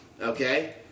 Okay